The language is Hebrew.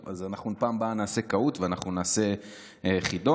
בפעם הבאה נעשה קהות, ואנחנו נעשה חידון.